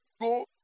go